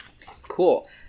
Cool